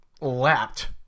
lapped